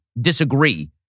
disagree